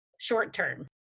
short-term